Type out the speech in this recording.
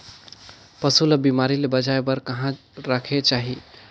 पशु ला बिमारी ले बचाय बार कहा रखे चाही?